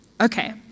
Okay